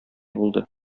булды